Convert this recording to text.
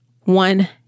one